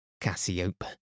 cassiope